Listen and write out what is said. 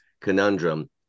conundrum